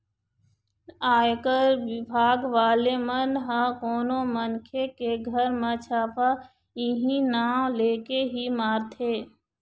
आयकर बिभाग वाले मन ह कोनो मनखे के घर म छापा इहीं नांव लेके ही मारथे